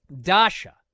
Dasha